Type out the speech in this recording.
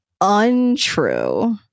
untrue